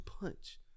punch